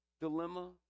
dilemma